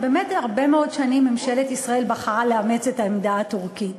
כי באמת הרבה מאוד שנים ממשלת ישראל בחרה לאמץ את העמדה הטורקית.